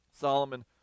Solomon